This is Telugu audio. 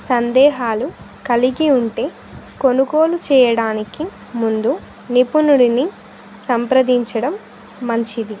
సందేహాలు కలిగి ఉంటే కొనుగోలు చేయడానికి ముందు నిపుణుడిని సంప్రదించడం మంచిది